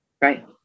right